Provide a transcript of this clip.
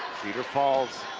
cedar falls,